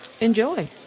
enjoy